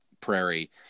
prairie